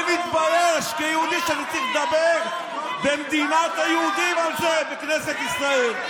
אני מתבייש כיהודי שאני צריך לדבר במדינת היהודים על זה בכנסת ישראל.